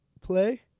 play